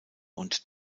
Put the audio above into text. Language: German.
und